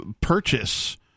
purchase